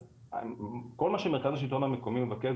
אז כל מה שמרכז השילטון המקומי מבקש,